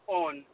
on